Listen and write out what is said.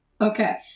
Okay